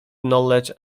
knowledge